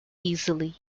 easily